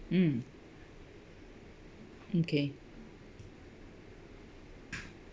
mm okay